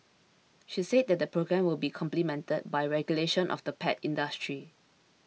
she said that the programme will be complemented by regulation of the pet industry